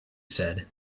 said